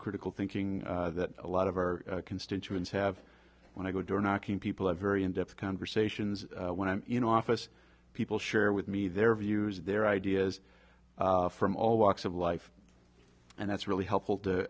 critical thinking that a lot of our constituents have when i go during knocking people have very in depth conversations when i'm in office people share with me their views their ideas from all walks of life and that's really helpful